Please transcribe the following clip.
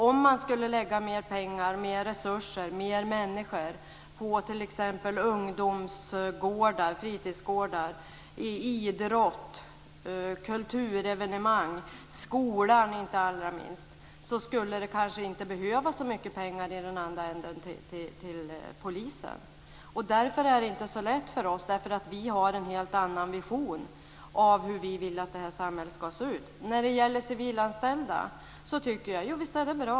Om man skulle lägga mer resurser - mer pengar och fler människor - på ungdomsgårdar, idrott, kulturevenemang och inte minst skolan, skulle det kanske inte behövas så mycket pengar i andra ändan, till poliser. Därför är detta inte så lätt för oss. Vi har en helt annan vision av samhället. Visst är det bra med civilanställda.